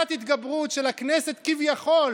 פסקת התגברות, כדי שלכנסת כביכול